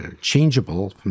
changeable